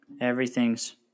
Everything's